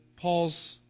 Paul's